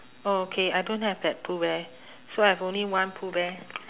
oh okay I don't have that pooh bear so I have only one pooh bear